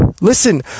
Listen